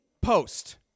post